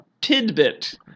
Tidbit